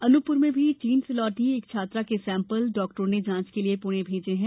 अनूपप्र में भी चीन से लौटी एक छात्रा के सैम्पल डाक्टरों ने जांच के लिए पुणे भेजे हैं